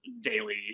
daily